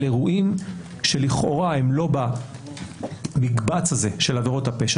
אירועים שלכאורה הם לא במקבץ הזה של עבירות הפשע.